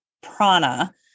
prana